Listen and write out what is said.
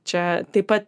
čia taip pat